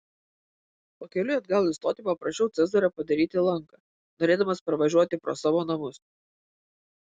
pakeliui atgal į stotį paprašiau cezario padaryti lanką norėdamas pravažiuoti pro savo namus